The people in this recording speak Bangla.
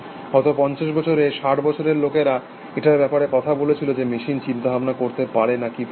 গত পঞ্চাশ বছরে ষাট বছরের লোকেরা এটার ব্যাপারে কথা বলছিল যে মেশিন চিন্তা ভাবনা করতে পারে নাকি পারে না